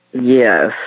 Yes